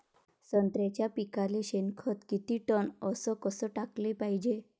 संत्र्याच्या पिकाले शेनखत किती टन अस कस टाकाले पायजे?